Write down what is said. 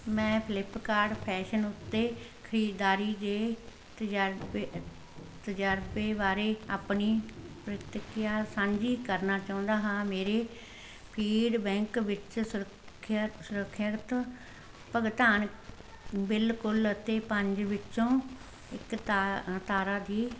ਮੈਂ ਫਲਿੱਪਕਾਰਟ ਫੈਸ਼ਨ ਉੱਤੇ ਖਰੀਦਦਾਰੀ ਦੇ ਤਜਰਬ ਤਜਰਬੇ ਬਾਰੇ ਆਪਣੀ ਪ੍ਰਤੀਕਿਰਿਆ ਸਾਂਝੀ ਕਰਨਾ ਚਾਹੁੰਦਾ ਹਾਂ ਮੇਰੇ ਫੀਡਬੈਂਕ ਵਿੱਚ ਸੁਰੱਖਿਅਤ ਸੁਰੱਖਿਅਤ ਭੁਗਤਾਨ ਬਿਲਕੁਲ ਅਤੇ ਪੰਜ ਵਿੱਚੋਂ ਇੱਕ ਤਾ ਤਾਰਾ ਦੀ